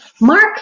Mark